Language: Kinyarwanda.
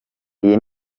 iyi